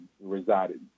resided